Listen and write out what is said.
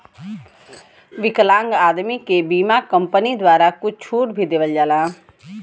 विकलांग आदमी के बीमा कम्पनी द्वारा कुछ छूट भी देवल जाला